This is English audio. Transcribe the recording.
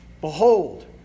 Behold